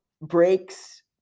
breaks